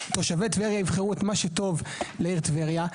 תושבי טבריה יבחרו את מה שטוב לעיר טבריה.